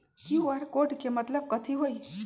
QR code के मतलब कथी होई?